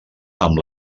amb